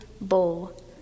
bowl